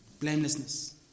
blamelessness